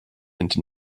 into